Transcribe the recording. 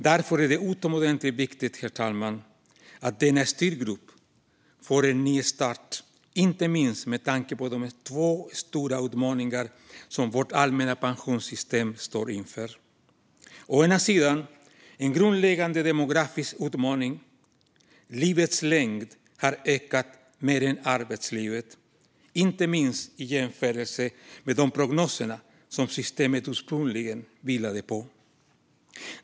Därför är det utomordentligt viktigt, herr talman, att denna styrgrupp får en nystart, inte minst med tanke på de två stora utmaningar som vårt allmänna pensionssystem står inför. Den ena är en grundläggande demografisk utmaning. Livets längd har ökat mer än arbetslivets, inte minst i jämförelse med de prognoser som systemet ursprungligen vilade på.